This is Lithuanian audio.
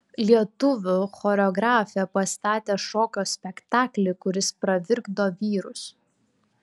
lietuvių choreografė pastatė šokio spektaklį kuris pravirkdo vyrus